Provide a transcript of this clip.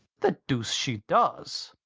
the deuce she does!